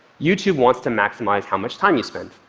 youtube wants to maximize how much time you spend.